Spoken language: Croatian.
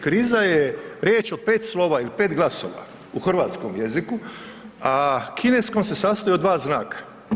Kriza je riječ od 5 slova i od 5 glasova u hrvatskom jeziku, a kineskom se sastoji od 2 znaka.